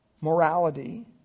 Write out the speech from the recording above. morality